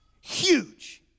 huge